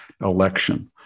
election